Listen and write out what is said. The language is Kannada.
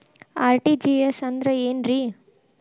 ಆರ್.ಟಿ.ಜಿ.ಎಸ್ ಅಂದ್ರ ಏನ್ರಿ?